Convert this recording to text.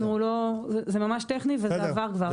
זה ממש טכני וזה עבר כבר.